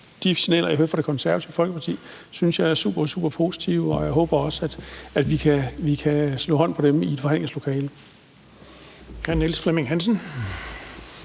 De signaler, jeg hører fra Det Konservative Folkeparti, synes jeg er superpositive, og jeg håber også, at vi kan slå hånd på dem i et forhandlingslokale.